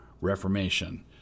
reformation